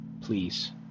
Please